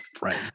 Right